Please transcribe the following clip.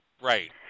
Right